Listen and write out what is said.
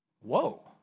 Whoa